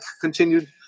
continued